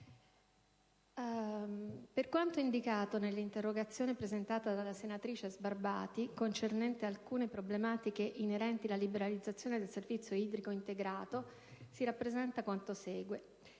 Per quanto indicato nell'interrogazione presentata dalla senatrice Sbarbati, concernente alcune problematiche inerenti la liberalizzazione del servizio idrico integrato, si rappresenta quanto segue.